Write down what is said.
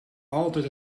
altijd